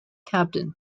captain